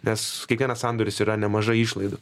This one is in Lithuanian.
nes kiekvienas sandoris yra nemažai išlaidų